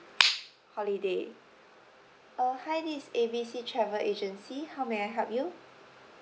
holiday uh hi this is A B C travel agency how may I help you